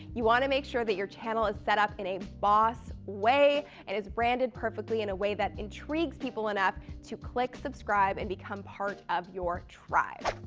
you want to make sure that your channel is set up in a boss way and is branded perfectly in a way that intrigues people enough to click subscribe and become part of your tribe.